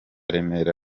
remera